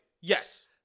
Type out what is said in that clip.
Yes